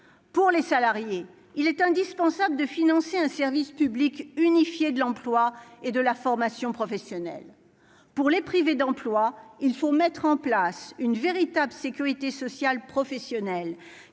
pour les salariés, il est indispensable de financer un service public unifié de l'emploi et de la formation professionnelle pour les privés d'emploi, il faut mettre en place une véritable sécurité sociale professionnelle